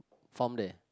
farm there